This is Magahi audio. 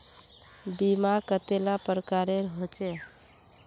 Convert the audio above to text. बीमा कतेला प्रकारेर होचे?